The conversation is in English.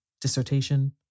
Dissertation